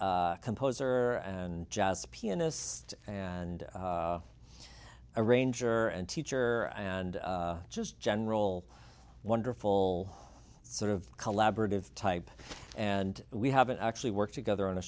composer and jazz pianist and arranger and teacher and just general wonderful sort of collaborative type and we haven't actually worked together on a